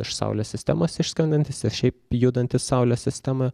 iš saulės sistemos išskrendantys ir šiaip judantys saulės sistemoj